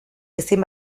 ezin